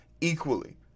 equally